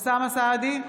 אוסאמה סעדי,